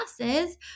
classes